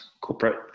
corporate